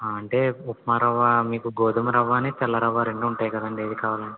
అంటే ఉప్మారవ్వ మీకు గోధుమరవ్వని తెల్లరవ్వ రెండు ఉంటాయి కదండి ఏం కావాలి